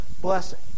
blessing